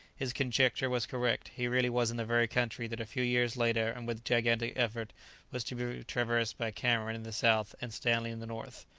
his conjecture was correct he really was in the very country that a few years later and with gigantic effort was to be traversed by cameron in the south and stanley in the north.